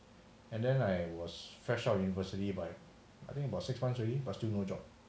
and then like I was fresh out of university by I think about six months already but still no job